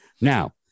now